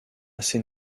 assez